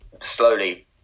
slowly